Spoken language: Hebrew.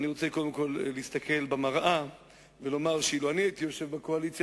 אני רוצה קודם כול להסתכל במראה ולומר שלו אני הייתי יושב בקואליציה,